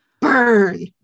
Burn